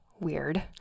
weird